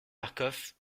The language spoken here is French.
marcof